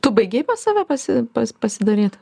tu baigei pas save pasi pati pasidaryt